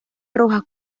rojas